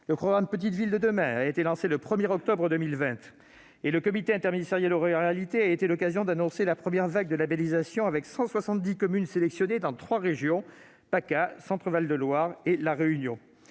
Le programme Petites villes de demain a été lancé le 1 octobre 2020. Le comité interministériel aux ruralités a été l'occasion d'annoncer la première vague de labellisations, avec 170 communes sélectionnées dans trois régions : PACA, ou plutôt Sud,